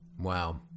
Wow